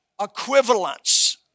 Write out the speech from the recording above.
equivalence